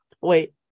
Wait